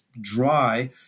dry